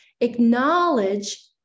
acknowledge